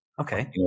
Okay